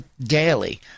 daily